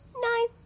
No